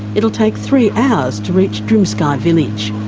it'll take three hours to reach drimskai village.